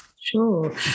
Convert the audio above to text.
sure